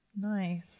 Nice